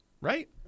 right